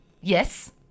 Yes